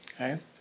okay